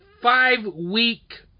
five-week